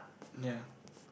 ya